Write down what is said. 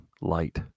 light